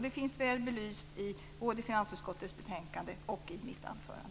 Det finns väl belyst både i finansutskottets betänkande och i mitt anförande.